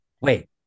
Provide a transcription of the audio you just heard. wait